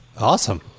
awesome